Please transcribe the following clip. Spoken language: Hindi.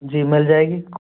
जी मिल जाएगी